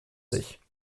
sich